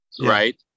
right